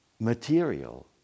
material